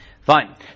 Fine